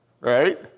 Right